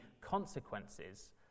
consequences